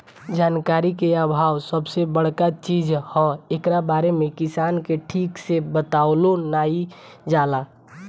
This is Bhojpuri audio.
जानकारी के आभाव सबसे बड़का चीज हअ, एकरा बारे में किसान के ठीक से बतवलो नाइ जाला